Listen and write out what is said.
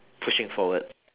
pushing forward